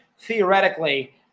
theoretically